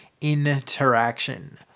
interaction